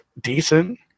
decent